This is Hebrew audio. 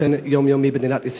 באופן יומיומי במדינת ישראל.